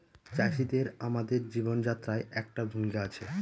চাষিদের আমাদের জীবনযাত্রায় একটা ভূমিকা আছে